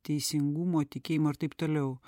teisingumo tikėjimo ir taip toliau